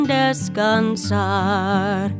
descansar